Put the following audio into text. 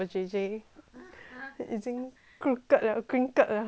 已经 crooked 了 crinkled 了 wrinkled